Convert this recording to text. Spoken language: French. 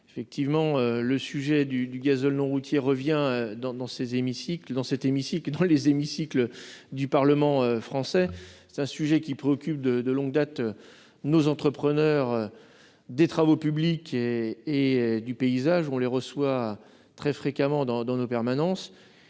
Effectivement, le sujet du gazole non routier revient dans les hémicycles du Parlement français ... Ce sujet préoccupe de longue date nos entrepreneurs de travaux publics et du paysage, que nous recevons très fréquemment dans nos permanences.